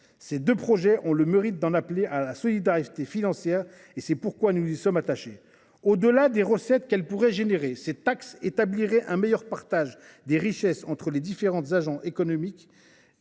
Ces deux mesures ont le mérite d’en appeler à la solidarité financière et c’est pourquoi nous y sommes attachés. Au-delà des recettes qu’elles pourraient engendrer, ces taxes permettraient de mieux partager les richesses entre les différents agents économiques,